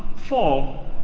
fall,